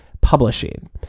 publishing